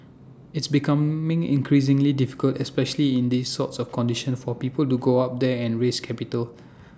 it's becoming increasingly difficult especially in these sorts of conditions for people to go up there and raise capital